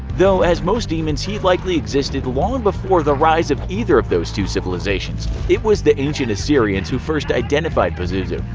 though as most demons he likely existed long before the rise of either of those two civilizations, it was the ancient assyrians who first identified pazuzu.